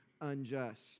unjust